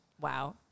Wow